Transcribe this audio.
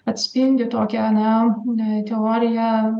atspindi tokią na teoriją